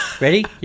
ready